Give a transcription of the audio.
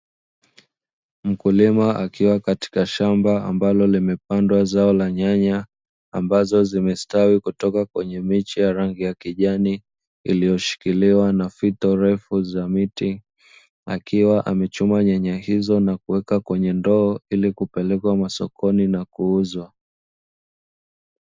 Mkulima akiwa katika shamba ambalo limepandwa zao na nyanya ambazo zimestawi kutoka kwenye miche ya rangi ya kijani iliyoshikiliwa na fito refu za miti, akiwa amechuma nyanya hizo na kuweka kwenye ndoo ili kupelekwa masokoni na kuuzwa.